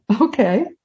Okay